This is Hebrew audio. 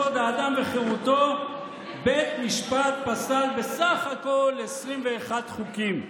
כבוד האדם וחירותו בית משפט פסל בסך הכול 21 חוקים.